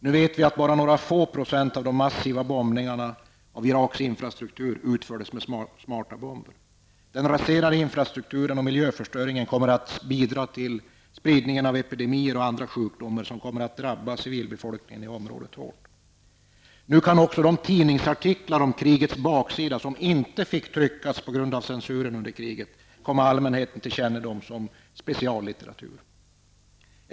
Nu vet vi att bara några få procent av de massiva bombningarna av Iraks infrastruktur utfördes med smarta bomber. Den raserade infrastrukturen och miljöförstöringen kommer att bidra till spridning av epidemier och andra sjukdomar, något som kommer att drabba civilbefolkningen i området hårt. Nu kan också de tidningsartiklar om krigets baksida som på grund av censuren inte fick tryckas under kriget, komma allmänheten till kännedom som speciallitteratur.